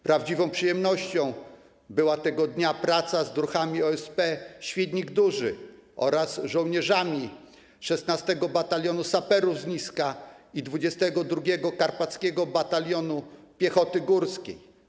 Prawdziwą przyjemnością była tego dnia praca z druhami OSP Świdnik Duży oraz żołnierzami 16. Batalionu Saperów z Niska i 22. Karpackiego Batalionu Piechoty Górskiej.